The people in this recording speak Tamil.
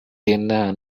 என்ன